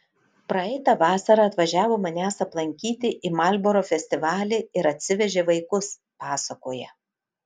praeitą vasarą atvažiavo manęs aplankyti į marlboro festivalį ir atsivežė vaikus pasakoja